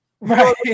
Right